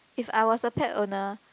if I was a pet owner